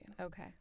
Okay